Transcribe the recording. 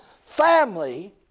family